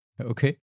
Okay